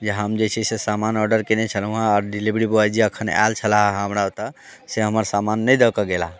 जे हम जे छै से सामान ऑर्डर कयने छेलहुँ हेँ आओर डिलिवरी बॉय जे एखन आयल छलाह हमर ओतय से हमर सामान नहि दऽ कऽ गेलाह